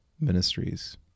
ministries